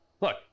Look